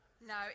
no